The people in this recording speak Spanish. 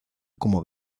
como